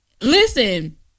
listen